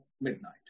midnight